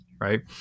right